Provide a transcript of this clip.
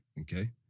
Okay